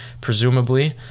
Presumably